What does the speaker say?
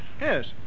Yes